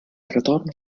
retorn